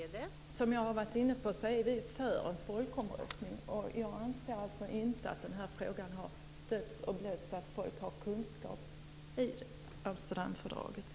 Fru talman! Som jag har varit inne på är vi i Miljöpartiet för en folkomröstning. Jag anser inte att frågan har stötts och blötts så att folk har kunskap om Amsterdamfördraget.